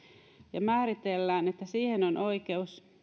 ja se määritellään siten että siihen on oikeus